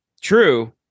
True